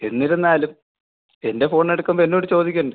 എന്നിരുന്നാലും എൻ്റെ ഫോൺ എടുക്കുമ്പോൾ എന്നോട് ചോദിക്കേണ്ടേ